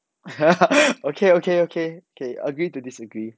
okay okay okay okay agree to disagree